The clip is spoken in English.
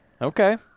Okay